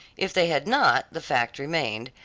if they had not, the fact remained,